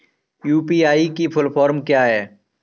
UPI की full form क्या है?